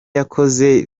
yakoze